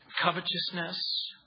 covetousness